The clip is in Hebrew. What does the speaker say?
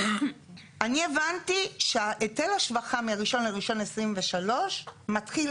אני הבנתי שהיטל ההשבחה מה-1.1.2023 מתחיל